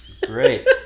Great